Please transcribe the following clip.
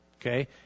okay